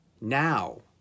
now